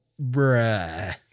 bruh